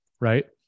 right